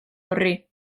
horri